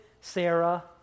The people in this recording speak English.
Sarah